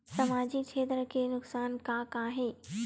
सामाजिक क्षेत्र के नुकसान का का हे?